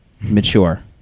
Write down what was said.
Mature